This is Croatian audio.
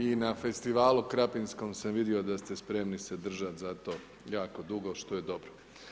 I na festivalu krapinskom sam vidio da ste spremni se držati za to jako dugo što je dobro.